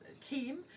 team